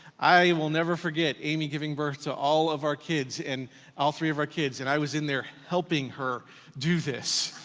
i will never forget amy giving birth to all of our kids, and all three of our kids, and i was in there helping her do this.